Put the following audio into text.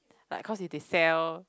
like cause if they sell